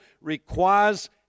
requires